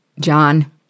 John